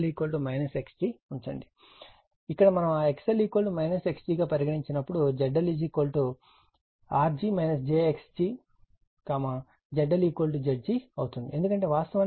కాబట్టి ఇక్కడ మనం ఆ XL X g గా పరిగణించినప్పుడు ZL Rg j xg ZL Zg అవుతుంది ఎందుకంటే వాస్తవానికి Zg Rg j xg